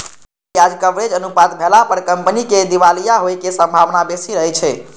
कम ब्याज कवरेज अनुपात भेला पर कंपनी के दिवालिया होइ के संभावना बेसी रहै छै